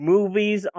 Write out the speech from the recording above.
Movies